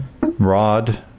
Rod